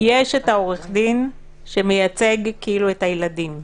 העורך דין שמייצג את הילדים,